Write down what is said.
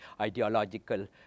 ideological